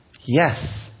Yes